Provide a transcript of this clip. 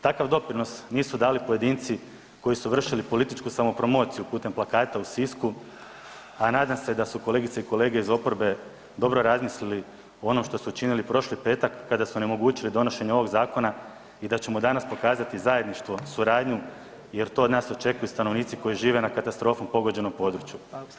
Takav doprinos nisu dali pojedinci koji su vršili političku samo promociju putem plakata u Sisku, a nadam se da su kolegice i kolege iz oporbe dobro razmislili o onom što su učinili prošli petak kada su onemogućili donošenje ovog zakona i da ćemo danas pokazati zajedništvo i suradnju jer to od nas očekuju stanovnici koji žive na katastrofom pogođenom području.